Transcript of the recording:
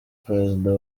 perezida